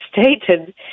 stated